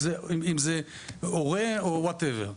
אם זה הורה או כל אחד אחר.